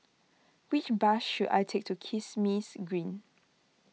which bus should I take to Kismis Green